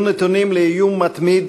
כשהיו נתונים לאיום מתמיד